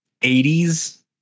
80s